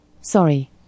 Sorry